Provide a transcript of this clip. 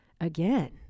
Again